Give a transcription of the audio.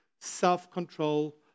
self-control